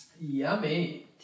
Yummy